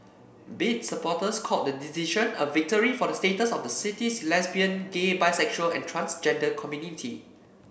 bid supporters called the decision a victory for the status of the city's lesbian gay bisexual and transgender community